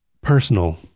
personal